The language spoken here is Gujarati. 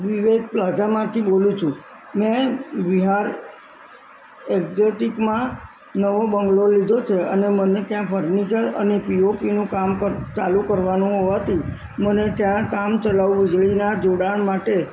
વિવેક પ્લાઝામાંથી બોલું છું મેં વિહાર એક્ઝોટિકમાં નવો બંગલો લીધો છે અને મને ત્યાં ફર્નિચર અને પીઓપીનું કામ ચાલુ કરવાનું હોવાથી મને ત્યાં કામચલાઉ વીજળીનાં જોડાણ માટે